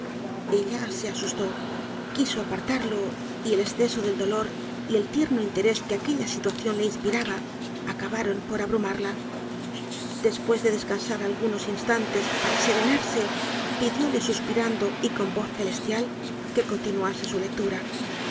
ella se asusto quiso apartarlo y el csceso del dolor y el tierno ínteres que aquella situación le inspiraba acabaron por abrumarla después de descansar algunos instantes para serenarse pidióle suspirando y cotí voz celestial que continuase su lectura